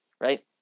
Right